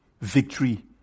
victory